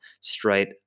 straight